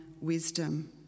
wisdom